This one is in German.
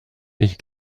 ich